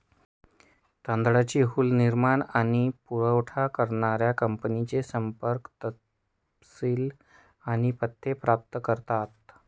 तांदळाची हुल निर्माण आणि पुरावठा करणाऱ्या कंपन्यांचे संपर्क तपशील आणि पत्ते प्राप्त करतात